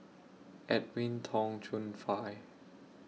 Edwin Tong Chun Fai